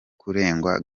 kurengwa